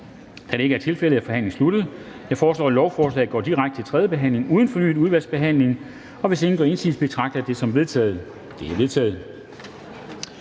Da det ikke er tilfældet, er forhandlingen sluttet. Jeg foreslår, at lovforslaget går direkte til tredje behandling uden fornyet udvalgsbehandling. Hvis ingen gør indsigelse, betragter jeg det som vedtaget. Det er vedtaget.